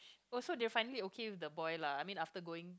oh so they are finally okay with the boy lah I mean after going